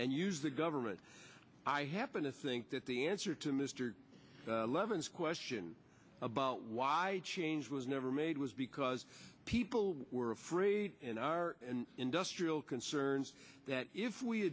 and use the government i happen to think that the answer to mister levin's question about why change was never made was because people were afraid in our industrial concerns that if we